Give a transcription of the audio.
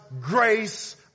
grace